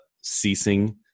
ceasing